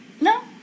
No